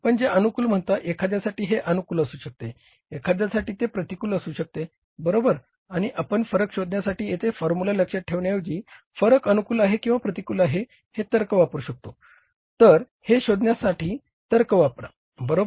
आपण ते अनुकूल म्हणता एखाद्यासाठी हे अनुकूल असू शकते एखाद्यासाठी ते प्रतिकूल असू शकते बरोबर आणि आपण फरक शोधण्यासाठी येथे फॉर्म्युला लक्षात ठेवण्याऐवजी फरक अनुकूल आहे किंवा प्रतिकूल आहे हे तर्क वापरू शकतो तर हे शोधण्यासाठी तर्क वापरा बरोबर